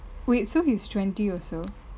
wait so he's twenty also